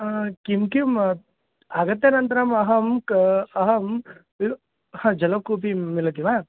किं किम् आगत्य अनन्तरम् अहं अहं हा जलकूपी मिलति वा